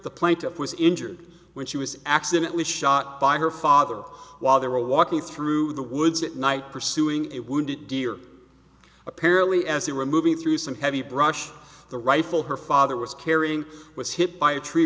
the plaintiff was injured when she was accidently shot by her father while they were walking through the woods at night pursuing it wounded deer apparently as they were moving through some heavy brush the rifle her father was carrying was hit by a tree